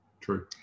True